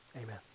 Amen